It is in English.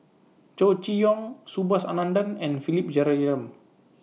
Chow Chee Yong Subhas Anandan and Philip Jeyaretnam